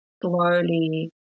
slowly